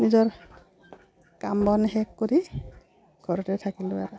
নিজৰ কাম বন শেষ কৰি ঘৰতে থাকিলোঁ আৰু